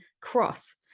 cross